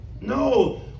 No